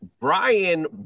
Brian